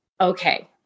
okay